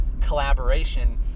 collaboration